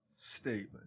statement